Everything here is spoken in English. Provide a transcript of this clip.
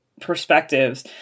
perspectives